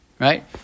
right